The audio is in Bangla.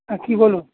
হ্যাঁ কী বলুন